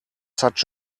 such